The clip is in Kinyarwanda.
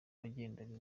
wagendaga